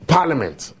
Parliament